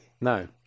no